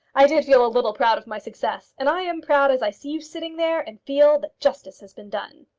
i did feel a little proud of my success. and i am proud as i see you sitting there, and feel that justice has been done.